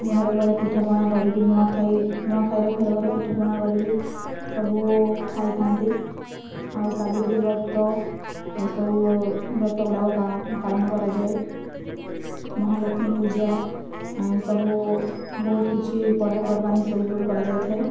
ଘରେ ଘରେ ପିଠା ପଣା କରିକି ନୂଆଖାଇ ନୂଆଖାଇରେ ଘରେ ଘରେ ପିଠା ପଣା କରିକି ସବୁ ଖାଇଥା'ନ୍ତି ଆଉ ସାବିତ୍ରୀ ବ୍ରତ ଏଇ ସବୁ ବ୍ରତ ଗୁଡ଼ାକ ପାଳନ କରାଯାଏ ମହାଲକ୍ଷ୍ମୀ ପୂଜା ସବୁ ବହୁତ କିଛି ପର୍ବ ପର୍ବାଣି ସେଲିବ୍ରେଟ କରାଯାଇଥାଏ